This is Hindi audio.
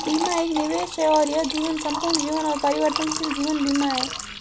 बीमा एक निवेश है और यह जीवन, संपूर्ण जीवन और परिवर्तनशील जीवन बीमा है